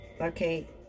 Okay